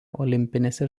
olimpinėse